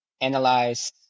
Analyze